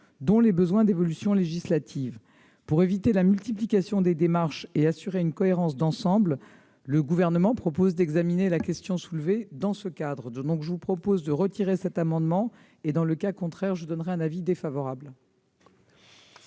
les besoins d'évolution législative. Pour éviter la multiplication des démarches et assurer une cohérence d'ensemble, le Gouvernement propose d'examiner la question soulevée dans ce cadre. Je vous propose donc de retirer cet amendement, monsieur le sénateur. À défaut, j'émettrai un avis défavorable.